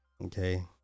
Okay